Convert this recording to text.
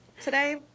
today